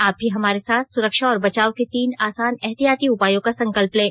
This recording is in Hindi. आप भी हमारे साथ सुरक्षा और बचाव के तीन आसान एहतियाती उपायों का संकल्प लें